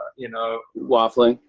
you know waffling?